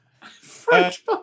French